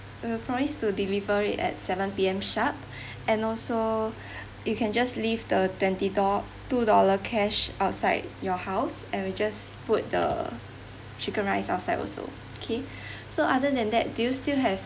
we'll promise to deliver it at seven P_M sharp and also you can just leave the twenty dol~ two dollar cash outside your house and we just put the chicken rice outside also okay so other than that do you still have